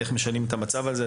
איך משנים את המצב הזה?